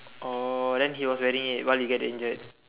oh then he was wearing it while you get injured